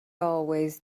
always